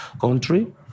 country